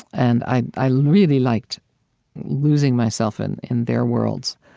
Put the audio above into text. and i i really liked losing myself in in their worlds.